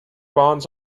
bonds